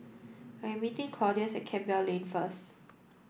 I am meeting Claudius at Campbell Lane first